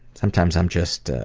sometimes i'm just ah,